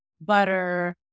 butter